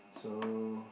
so